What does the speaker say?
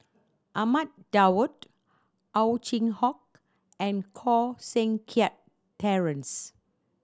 Ahmad Daud Ow Chin Hock and Koh Seng Kiat Terence